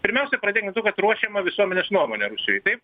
pirmiausia pradėkim nuo to kad ruošiama visuomenės nuomonė rusijoj taip